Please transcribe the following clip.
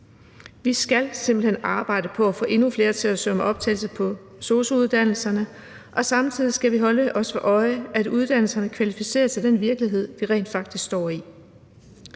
Vi skal simpelt hen arbejde på at få endnu flere til at søge om optagelse på sosu-uddannelserne, og samtidig skal vi holde os for øje, at uddannelserne kvalificerer til den virkelighed, vi rent faktisk står i.